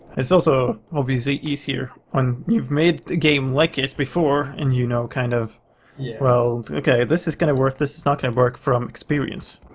it's also obviously easier when you've made a game like it before and you know kind of yeah well, ok, this is gonna work, this is not gonna work from experience.